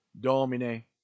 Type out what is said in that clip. Domine